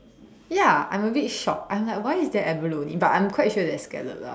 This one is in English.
ya I'm a bit shocked I'm like why is there abalone but I'm quite sure there is scallop lah